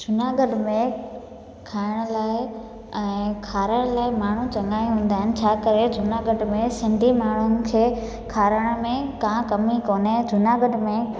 जूनागढ़ में खाइण लाइ ऐं खाराइण लाइ माण्हू चङा हूंदा आहिनि छा करे जूनागढ़ में सिंधी माण्हू खे खाराइण में का कमी कोन्हे जूनागढ़ में